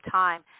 time